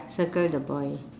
circle the boy